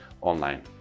online